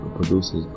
producer's